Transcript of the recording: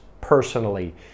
personally